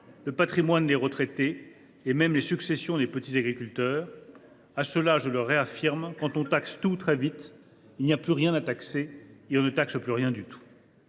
le patrimoine des retraités et même les successions des petits agriculteurs ! À ces personnes, je rétorque que, quand on taxe tout, très vite, il n’y a plus rien à taxer, et l’on ne taxe plus rien du tout…